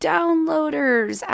Downloaders